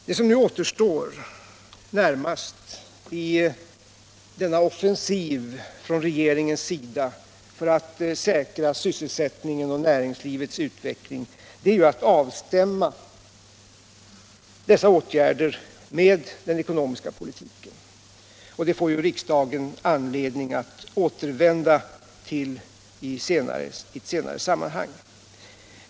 Det som nu närmast återstår i denna offensiv från regeringens sida för att säkra sysselsättningen och näringslivets utveckling är att avstämma åtgärderna mot den ekonomiska politiken. Det får riksdagen anledning att återvända till i ett senare sammanhang.